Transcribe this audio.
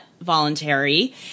voluntary